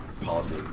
policy